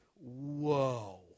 Whoa